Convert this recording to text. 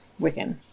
Wiccan